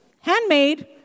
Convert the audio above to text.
Handmade